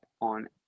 on